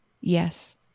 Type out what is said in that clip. Yes